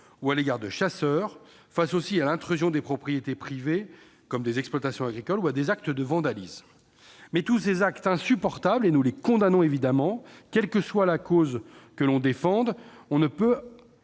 ou à l'égard de chasseurs, comme face à l'intrusion dans des propriétés privées, comme des exploitations agricoles, ou à des actes de vandalisme. Tous ces actes sont insupportables, et nous les condamnons évidemment. Quelle que soit la cause que l'on défend, on ne peut